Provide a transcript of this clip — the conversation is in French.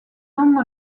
nom